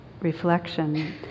reflection